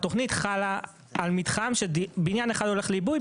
התוכנית חלה על מתחם שבניין אחד הולך לעיבוי,